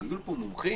היו פה מומחים,